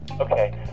Okay